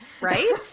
right